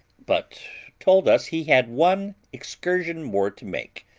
but told us he had one excursion more to make,